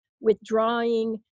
withdrawing